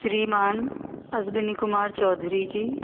श्रीमान अज्बनि कुमार चौधरी जी